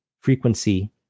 frequency